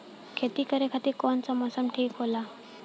खेती करे खातिर कौन मौसम ठीक होला?